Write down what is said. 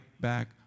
back